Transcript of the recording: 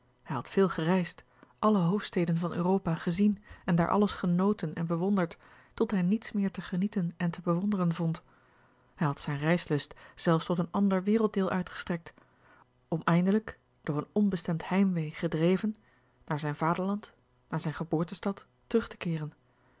hij had veel gereisd alle hoofdsteden a l g bosboom-toussaint langs een omweg van europa gezien en daar alles genoten en bewonderd tot hij niets meer te genieten en te bewonderen vond hij had zijn reislust zelfs tot een ander werelddeel uitgestrekt om eindelijk door een onbestemd heimwee gedreven naar zijn vaderland naar zijne geboortestad terug te keeren